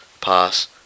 pass